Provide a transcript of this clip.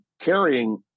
carrying